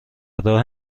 راه